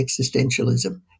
existentialism